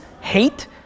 hate